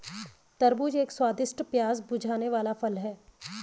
तरबूज एक स्वादिष्ट, प्यास बुझाने वाला फल है